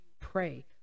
pray